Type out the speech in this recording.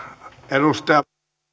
arvoisa